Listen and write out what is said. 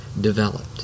developed